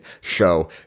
show